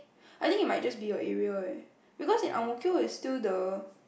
I think it might just be your area leh because in Ang-Mo-Kio is still the